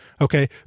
Okay